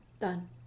done